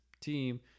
team